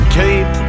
keep